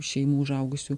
šeimų užaugusių